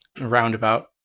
roundabout